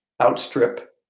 outstrip